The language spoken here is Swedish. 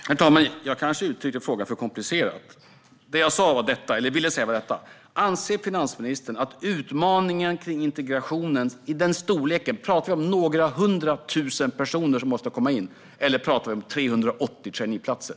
Herr talman! Jag kanske uttryckte frågan för komplicerat. Det jag ville säga var detta: Vad anser finansministern om storleken på utmaningen med integrationen? Talar vi om några hundra tusen personer som måste komma in, eller talar vi om 380 traineeplatser?